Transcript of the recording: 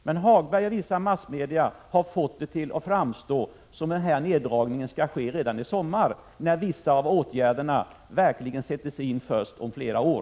Men Hagberg och vissa massmedia har fått det till att framstå som att neddragningarna redan skall ske i sommar, när vissa åtgärder verkligen sätts in först om flera år.